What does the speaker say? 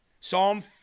Psalm